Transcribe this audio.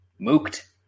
Mooked